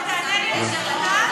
אתה תענה לי על זה בכתב?